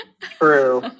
True